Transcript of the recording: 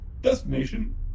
Destination